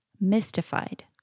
mystified